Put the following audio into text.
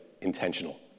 intentional